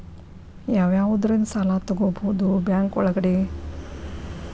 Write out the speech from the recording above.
ಯಾವ್ಯಾವುದರಿಂದ ಸಾಲ ತಗೋಬಹುದು ಬ್ಯಾಂಕ್ ಒಳಗಡೆ?